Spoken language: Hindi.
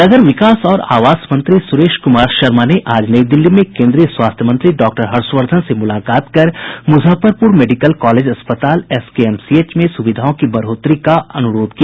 नगर विकास और आवास मंत्री सुरेश शर्मा ने आज नई दिल्ली में केन्द्रीय स्वास्थ्य मंत्री डॉक्टर हर्षवर्द्वन से मुलाकात कर मुजफ्फरपुर मेडिकल कॉलेज अस्पताल एसकेएमसीएच में सुविधाओं की बढ़ोतरी का अनुरोध किया